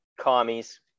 commies